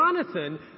Jonathan